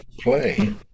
play